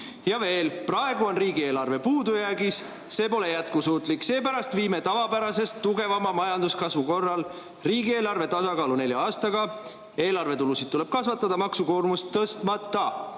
Ja veel: "Praegu on riigieelarve puudujäägis – see pole jätkusuutlik. Seepärast viime tavapärasest tugevama majanduskasvu korral riigieelarve tasakaalu nelja aastaga. Eelarvetulusid tuleb kasvatada maksukoormust tõstmata